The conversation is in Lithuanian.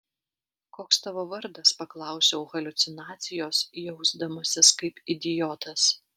koks tavo vardas paklausiau haliucinacijos jausdamasis kaip idiotas